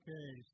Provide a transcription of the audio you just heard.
Okay